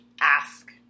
ask